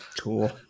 Cool